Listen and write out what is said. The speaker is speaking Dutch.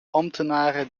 ambtenaren